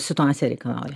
situacija reikalauja